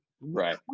Right